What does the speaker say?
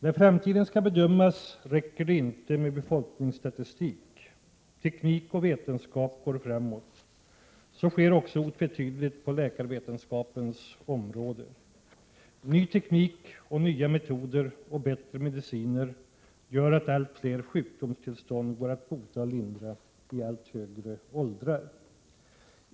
När framtiden skall bedömas räcker det inte med befolkningsstatistik. Teknik och vetenskap går framåt — så sker också otvetydigt på läkarvetenskapens område. Ny teknik och nya metoder och bättre mediciner gör att allt fler sjukdomstillstånd går att bota och lindra, i allt högre åldrar.